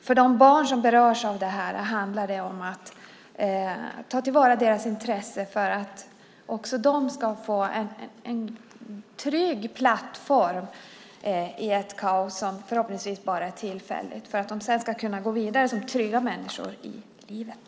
För de barn som berörs av detta handlar det om att man tar till vara deras intressen så att också de ska få en trygg plattform i ett kaos som förhoppningsvis bara är tillfälligt för att de sedan ska kunna gå vidare som trygga människor i livet.